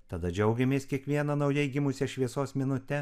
tada džiaugiamės kiekviena naujai gimusia šviesos minute